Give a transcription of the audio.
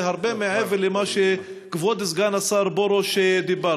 זה הרבה מעבר למה שכבוד סגן השר פרוש אמרת.